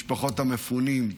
את משפחות המפונים.